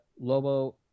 Lobo